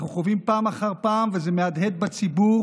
אנחנו חווים פעם אחר פעם, וזה מהדהד בציבור,